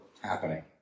happening